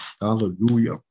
Hallelujah